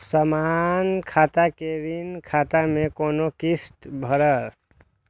समान खाता से ऋण खाता मैं कोना किस्त भैर?